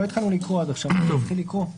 לא התחלנו לקרוא, נתחיל לקרוא.